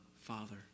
father